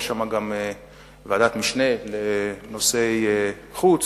יש שם גם ועדת משנה לנושאי חוץ,